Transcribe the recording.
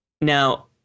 Now